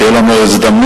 שתהיה לנו הזדמנות,